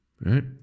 right